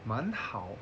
蛮好